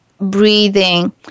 breathing